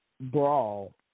brawl